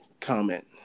comment